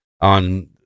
on